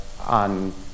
on